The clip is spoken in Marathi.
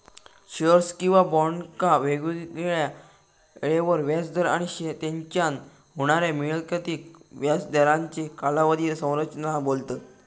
शेअर्स किंवा बॉन्डका वेगवेगळ्या येळेवर व्याज दर आणि तेच्यान होणाऱ्या मिळकतीक व्याज दरांची कालावधी संरचना बोलतत